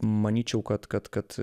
manyčiau kad kad kad